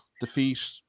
defeat